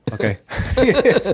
Okay